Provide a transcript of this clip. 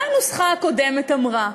מה הנוסחה הקודמת אמרה?